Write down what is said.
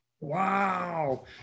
Wow